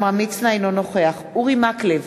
אינו נוכח אורי מקלב,